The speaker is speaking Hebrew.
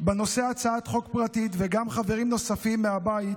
בנושא הצעת חוק פרטית, וגם חברים נוספים מהבית